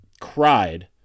cried